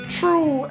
true